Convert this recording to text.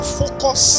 focus